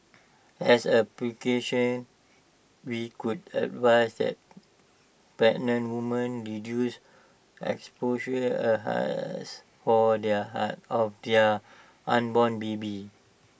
as A precaution we would advise that pregnant women reduce exposure A haze of their unborn baby